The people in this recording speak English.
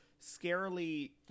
scarily